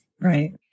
Right